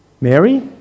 Mary